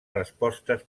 respostes